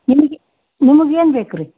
ನಿಮಗೆ ನಿಮಗೆ ಏನು ಬೇಕು ರೀ